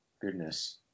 Goodness